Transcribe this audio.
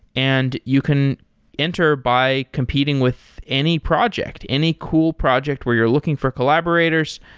and you can enter by competing with any project, any cool project where you're looking for collaborators.